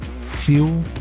fuel